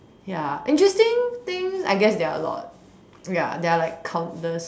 ya interesting things I guess there are a lot ya there are like countless